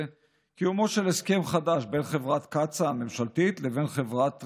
קיומו של הסכם חדש בין חברת קצא"א הממשלתית לבין חברת Med-Red.